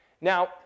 Now